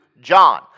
John